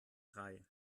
drei